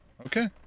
Okay